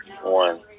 one